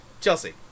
Chelsea